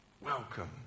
welcome